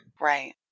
Right